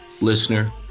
listener